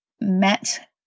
met